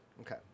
okay